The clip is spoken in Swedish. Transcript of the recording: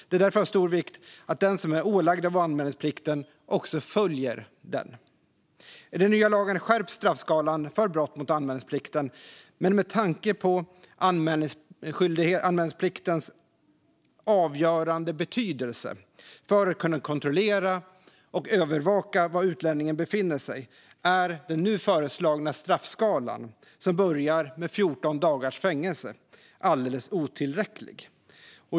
Det är därför av stor vikt att den som är ålagd anmälningsplikt också följer denna. I den nya lagen skärps straffskalan för brott mot anmälningsplikten, men med tanke på anmälningspliktens avgörande betydelse för att kunna kontrollera och övervaka var utlänningen befinner sig är den nu föreslagna straffskalan, som börjar med 14 dagars fängelse, alldeles otillräcklig.